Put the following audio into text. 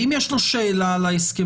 ואם יש לו שאלה על ההסכמון?